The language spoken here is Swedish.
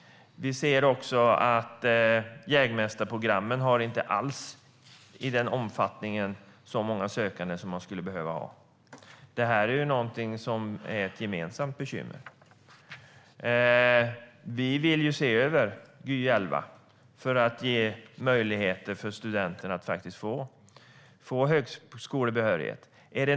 Vi ser också att jägmästarprogrammen inte alls har så många sökande som de skulle behöva ha. Det här är ett gemensamt bekymmer. Vi vill se över Gy 2011 för att ge möjlighet för studenterna att faktiskt få högskolebehörighet.